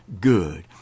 good